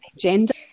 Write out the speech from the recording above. gender